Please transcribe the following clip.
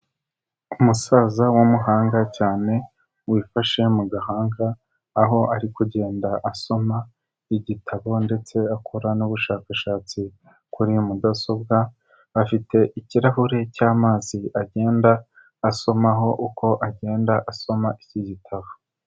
Umusaza w'umuhanga cyane wifashe mu gahanga aho ari kugenda asoma igitabo ndetse akora n'ubushakashatsi kuri mudasobwa afite ikirahure cy'amazi agenda asomaho uko agenda asoma iki gitabo.